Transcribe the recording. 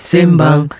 Simbang